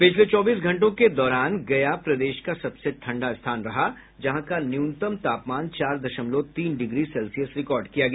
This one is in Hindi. पिछले चौबीस घंटों के दौरान गया प्रदेश का सबसे ठंडा स्थान रहा जहां का न्यूनतम तापमान चार दशमलव तीन डिग्री सेल्सियस रिकॉर्ड किया गया